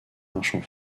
marchand